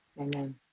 Amen